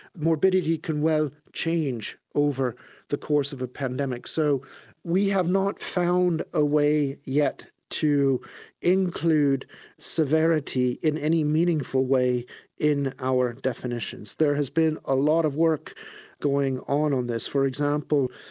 morbidity can well change over the course of a pandemic, so we have not found a way yet to include severity in any meaningful way in our definitions. there has been a lot of work going on in this. for example,